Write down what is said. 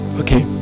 okay